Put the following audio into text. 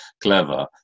clever